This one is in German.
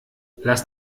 lass